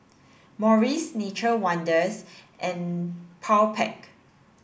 Morries Nature Wonders and Powerpac